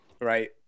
right